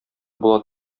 була